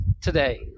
today